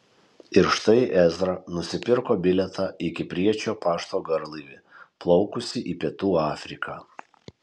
ir štai ezra nusipirko bilietą į kipriečio pašto garlaivį plaukusį į pietų afriką